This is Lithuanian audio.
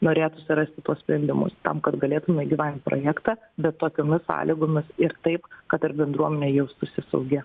norėtųsi rasti tuos sprendimus tam kad galėtume įgyvendint projektą bet tokiomis sąlygomis ir taip kad ir bendruomenė jaustųsi saugi